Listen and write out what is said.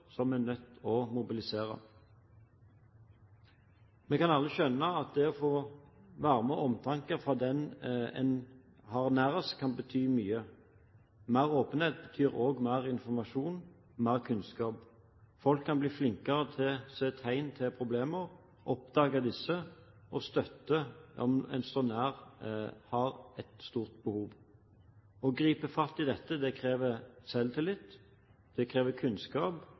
som en er nødt til å mobilisere. Vi kan alle skjønne at det å få varme og omtanke fra den en har nærmest, kan bety mye. Mer åpenhet betyr også mer informasjon og mer kunnskap. Folk kan bli flinkere til å se etter tegn på problemer, oppdage disse og støtte dersom en som står en nær, har et stort behov for det. Å gripe fatt i dette krever selvtillit, det krever kunnskap